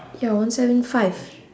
ya one seven five